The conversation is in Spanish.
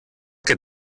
que